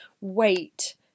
wait